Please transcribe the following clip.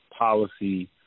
policy